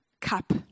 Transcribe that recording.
cup